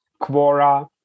Quora